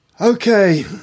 okay